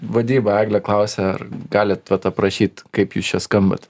vadyba eglė klausė ar galit vat aprašyt kaip jūs čia skambat